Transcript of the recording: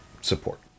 support